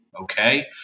okay